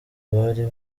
bari